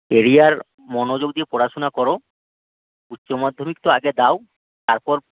career মনোযোগ দিয়ে পড়াশোনা করো উচ্চমাধ্যমিক তো আগে দাও তারপর